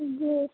जी